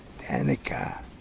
Danica